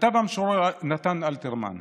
כתב המשורר נתן אלתרמן: